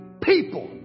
people